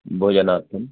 भोजनार्थम्